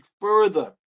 further